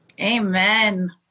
Amen